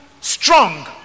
strong